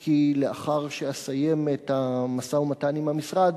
כי לאחר שאסיים את המשא-ומתן עם המשרד,